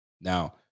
Now